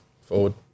forward